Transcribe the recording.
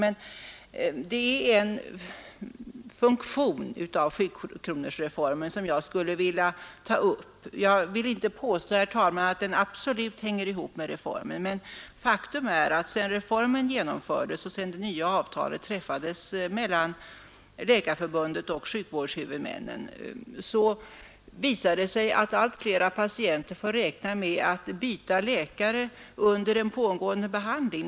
Men det är en funktion av sjukronoisreformen som jag skulle vilja ta upp. Jag vill inte påsta, herr talman, att denna fraga absolut hänger ihop med reformen. men faktum är att det visar sig att sedan reformen genomfördes och det nya avtalet träffades mellan Läkarförbundet och sjukvårdshuvudmännen får allt fler patienter räkna med att byta läkare under pågående behandling.